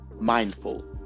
mindful